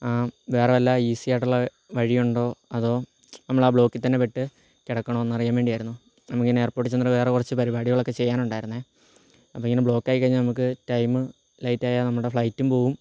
വേറെ വല്ല ഈസിയായിട്ടുള്ള വഴി ഉണ്ടോ അതോ നമ്മൾ ആ ബ്ലോക്കിൽ തന്നെ പെട്ട് കിടക്കണോന്നറിയാൻ വേണ്ടിയായിരുന്നു നമുക്കിനി എയർപ്പോർട്ടീ ചെന്നിട്ട് വേറെ കുറച്ച് പരിപാടികളൊക്കെ ചെയ്യാനുണ്ടായിരുന്നു അപ്പോൾ ഇങ്ങനെ ബ്ലോക്കായി കഴിഞ്ഞാൽ നമുക്ക് ടൈമ് ലേറ്റായാൽ നമ്മുടെ ഫ്ലൈറ്റും പോകും